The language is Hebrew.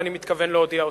ואני מתכוון להודיע אותו.